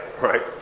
right